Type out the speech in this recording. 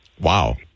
Wow